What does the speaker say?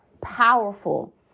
powerful